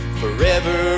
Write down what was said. forever